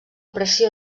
pressió